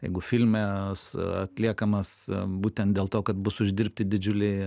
jeigu filme atliekamas būtent dėl to kad bus uždirbti didžiuliai